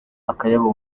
akayabo